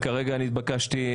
וכרגע נתבקשתי.